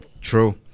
True